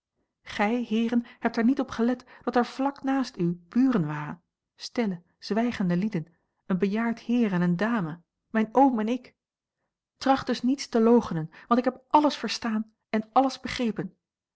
gij heeren hebt er niet op gelet dat er vlak naast u buren waren stille zwijgende lieden een bejaard heer en eene dame mijn oom en ik tracht dus niets te loochenen want ik heb alles verstaan en alles begrepen